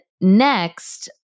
next